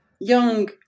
young